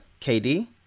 KD